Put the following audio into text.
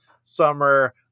summer